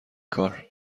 کار